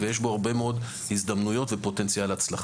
ויש בו הרבה מאוד הזדמנויות ופוטנציאל הצלחה.